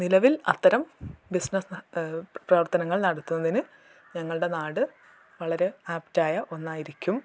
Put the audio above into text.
നിലവിൽ അത്തരം ബിസ്നസ്സ് പ്രവർത്തനങ്ങൾ നടത്തുന്നതിന് ഞങ്ങളുടെ നാട് വളരെ ആപ്പ്റ്റായ ഒന്നായിരിക്കും